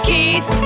Keith